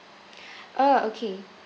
ah okay